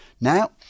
Now